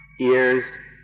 ears